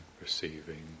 receiving